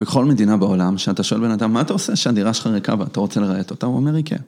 בכל מדינה בעולם שאתה שואל בן אדם מה אתה עושה כשהדירה שלך ריקה ואתה רוצה לרהט אותה הוא אומר לי כן.